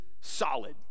solid